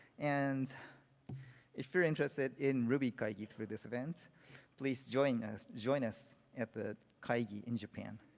and if you're interested in rubykaigi for this event please join us join us at the kaigi in japan.